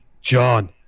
John